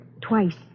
twice